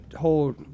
whole